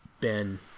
Ben